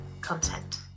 content